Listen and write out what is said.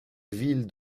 ville